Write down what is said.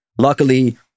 luckily